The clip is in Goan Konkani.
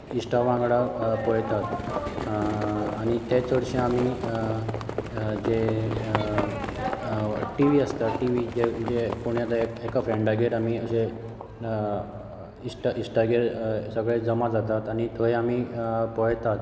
इश्टा वांगडा पळयतात आनी ते चडशे आमी जे टिवी आसता टिवी जे कोणी एका फ्रेंडागेर अशे इश्टा इश्टागेर सगळे जमा जातात आनी थंय पळयतात